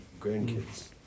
grandkids